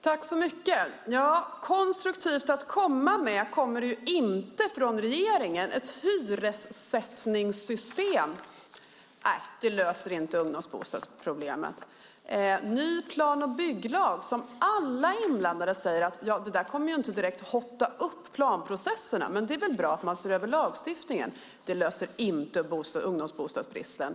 Herr talman! Regeringen kommer ju inte med något konstruktivt. Ett hyressättningssystem löser inte ungdomsbostadsproblemen. En ny plan och bygglag kommer, enligt alla inblandade, inte direkt att "hotta upp" planprocesserna även om det är bra att man ser över lagstiftningen. Det löser dock inte ungdomsbostadsbristen.